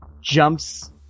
Jumps